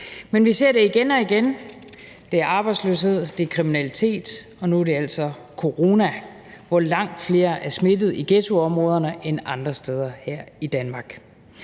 Men vi ser det igen og igen: Det er arbejdsløshed, det er kriminalitet, og nu er det altså corona, hvor langt flere er smittede i ghettoområderne end andre steder her i Danmark.